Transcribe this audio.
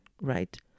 right